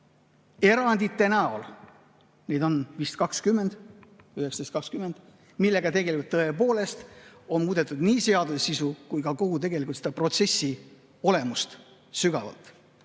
erandite näol. Neid on 19 või 20, millega tõepoolest on muudetud nii seaduse sisu kui ka kogu tegelikult seda protsessi olemust sügavalt.